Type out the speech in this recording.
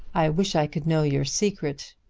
i wish i could know your secret.